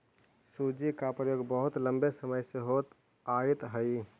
सूजी का प्रयोग बहुत लंबे समय से होइत आयित हई